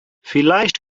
vielleicht